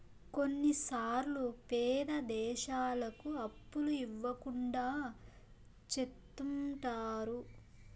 కొన్నిసార్లు పేద దేశాలకు అప్పులు ఇవ్వకుండా చెత్తుంటారు